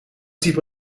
type